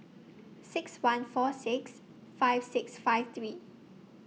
six one four six five six five three